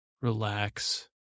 relax